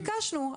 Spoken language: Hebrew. הנה, ביקשתי ממך.